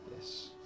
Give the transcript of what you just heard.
Yes